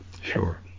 Sure